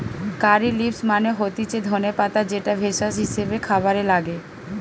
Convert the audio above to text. কারী leaves মানে হতিছে ধনে পাতা যেটা ভেষজ হিসেবে খাবারে লাগে